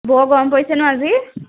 বৰ গৰম পৰিছে ন' আজি